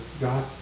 god